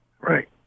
right